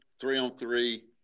three-on-three